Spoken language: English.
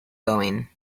going